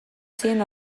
zien